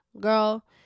girl